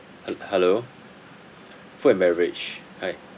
he~ hello food and beverage hi